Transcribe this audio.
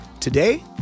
Today